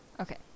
Okay